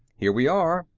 here we are,